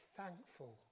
thankful